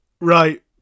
Right